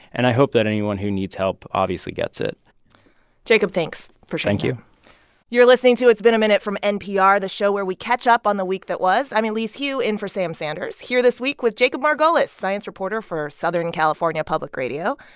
and i hope that anyone who needs help obviously gets it jacob, thanks for sharing that thank you you're listening to it's been a minute from npr, the show where we catch up on the week that was. i'm elise hu, in for sam sanders, here this week with jacob margolis, science reporter for southern california public radio,